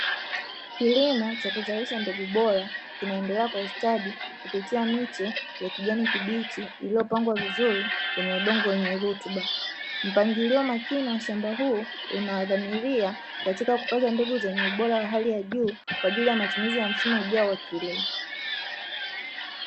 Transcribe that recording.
Kilimo cha kuzalisha mbegu bora kinaendelea kwa ustadi kupitia miche ya kijani kibichi iliyopangwa vizuri kwenye udongo wenye rutuba, mpangilio makini wa shamba huu unadhamilia katika kupata mbegu zenye ubora wa hali ya juu kwa ajili ya matumizi ya msimu ujao wa kilimo.